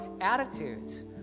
attitudes